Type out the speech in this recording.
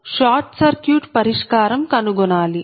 మీరు short circuit పరిష్కారం కనుగొనాలి